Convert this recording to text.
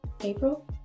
April